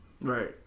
Right